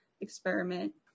experiment